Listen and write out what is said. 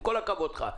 עם כל הכבוד לך.